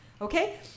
okay